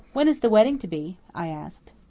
when is the wedding to be? i asked.